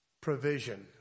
provision